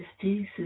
Jesus